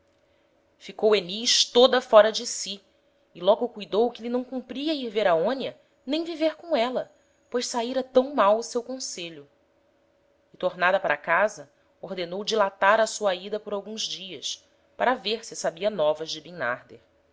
ficou enis toda fóra de si e logo cuidou que lhe não cumpria ir ver aonia nem viver com éla pois saira tam mal o seu conselho e tornada para casa ordenou dilatar a sua ida por alguns dias para ver se sabia novas de